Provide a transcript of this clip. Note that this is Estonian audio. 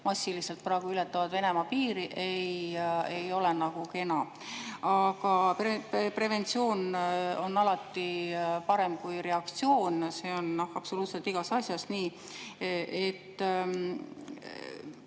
massiliselt praegu ületavad Venemaa piiri, ei ole nagu kena. Aga preventsioon on alati parem kui reaktsioon, see on nii absoluutselt igas asjas. Te